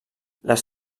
les